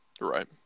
Right